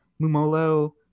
Mumolo